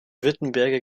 wittenberge